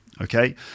okay